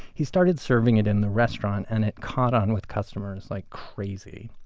he started serving it in the restaurant, and it caught on with customers like crazy.